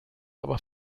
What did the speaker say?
aber